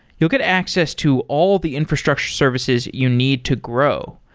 you'll get access to all the infrastructure services you need to grow,